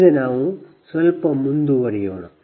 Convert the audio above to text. ಈಗ ನಾವು ಸ್ವಲ್ಪ ಮುಂದುವರಿಯೋಣ